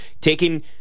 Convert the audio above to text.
Taking